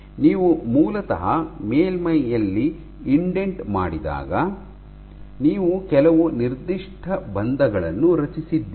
ನೀವು ಮೂಲತಃ ಮೇಲ್ಮೈಯಲ್ಲಿ ಇಂಡೆಂಟ್ ಮಾಡಿದಾಗ ನೀವು ಕೆಲವು ನಿರ್ದಿಷ್ಟ ಬಂಧಗಳನ್ನು ರಚಿಸಿದ್ದೀರಿ